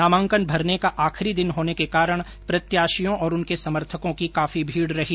नमांकान भरने का आखिरी दिन होने के कारण प्रत्याशियों और उनके समर्थकों की काफी भीड़ रही